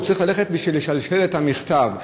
צריך ללכת כדי לשלשל את המכתב.